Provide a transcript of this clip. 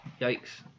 Yikes